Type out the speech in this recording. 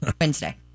Wednesday